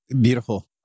beautiful